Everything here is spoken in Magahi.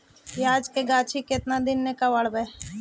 प्याज के गाछि के केतना दिन में कबाड़बै?